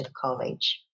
college